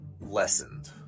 lessened